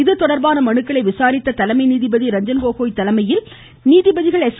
இதுதொடர்பான மனுக்களை விசாரித்த தலைமை நீதிபதி ரஞ்சன் கோகோய் தலைமையில் நீதிபதிகள் எஸ்